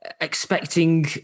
expecting